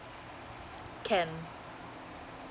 can